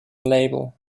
label